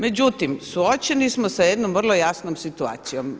Međutim, suočeni smo sa jednom vrlo jasnom situacijom.